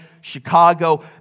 Chicago